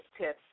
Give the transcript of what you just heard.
tips